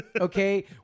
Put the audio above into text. okay